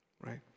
right